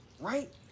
right